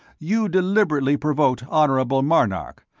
you deliberately provoked honorable marnark,